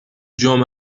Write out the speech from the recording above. جام